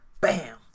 Bam